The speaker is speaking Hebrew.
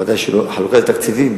חלוקת התקציבים,